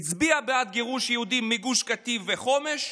הצביע בעד גירוש יהודים מגוש קטיף וחומש,